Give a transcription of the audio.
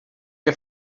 què